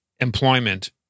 employment